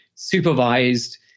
supervised